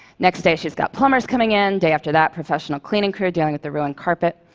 next day she's got plumbers coming in, day after that, professional cleaning crew dealing with the ruined carpet.